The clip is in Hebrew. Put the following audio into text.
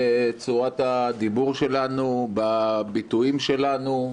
בצורת הדיבור שלנו, בביטויים שלנו,